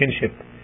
kinship